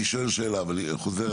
אני שואל שאלה.